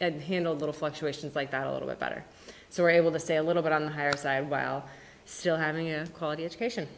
and handle little fluctuations like that a little bit better so we're able to stay a little bit on her side while still having a quality education